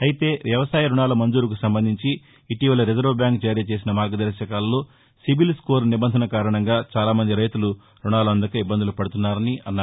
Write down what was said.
అయితే వ్యవసాయ రుణాల మంజూరుకు సంబంధించి ఇటీవల రిజర్వ్ బ్యాంక్ జారీ చేసిన మార్గదర్శకాలలో సిబిల్ స్కోర్ నిబంధన కారణంగా చాలా మంది రైతులు రుణాలు అందక ఇబ్బందులు పడుతున్నారని అన్నారు